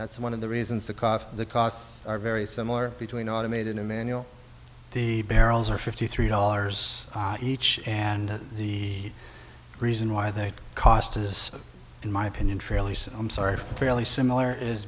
that's one of the reasons the cough the costs are very similar between automated emanuel the barrels are fifty three dollars each and the reason why they cost is in my opinion fairly soon i'm sorry fairly similar is